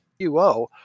UO